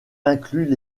incluent